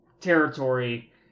territory